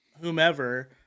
Whomever